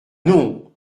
non